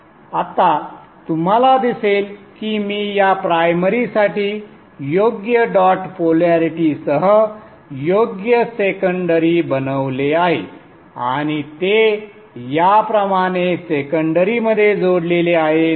आता तुम्हाला दिसेल की मी या प्रायमरीसाठी योग्य डॉट पोलॅरिटीसह योग्य सेकंडरी बनवले आहे आणि ते याप्रमाणे सेकंडरी मध्ये जोडलेले आहेत